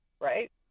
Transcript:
right